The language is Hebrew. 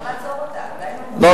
אפשר לעצור אותה, עדיין לא מאוחר, לא,